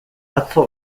atzo